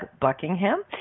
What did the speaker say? Buckingham